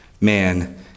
man